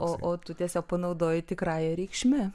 o o tu tiesiog panaudoji tikrąja reikšme